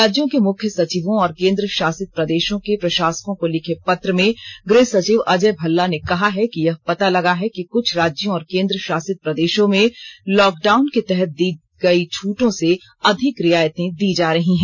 राज्यों के मुख्य सचिवों और केन्द्र शासित प्रदेशों के प्रशासकों को लिखे पत्र में गृह सचिव अजय भल्ला ने कहा है कि यह पता लगा है कि कुछ राज्यों और केन्द्र शासित प्रदेशों में लॉकडउन के तहत दी गई छूटों से अधिक रियायते दी जा रही हैं